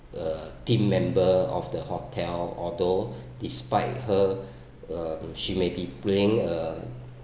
uh team member of the hotel although despite her um she may be playing a